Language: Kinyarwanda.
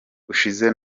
ushize